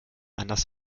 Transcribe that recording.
anders